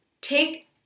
take